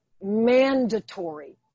mandatory